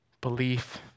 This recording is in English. Belief